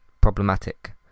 problematic